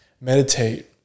meditate